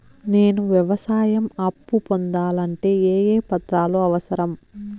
నేను వ్యవసాయం అప్పు పొందాలంటే ఏ ఏ పత్రాలు అవసరం?